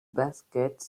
basket